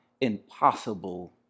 impossible